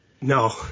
No